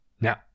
Now